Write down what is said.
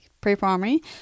pre-primary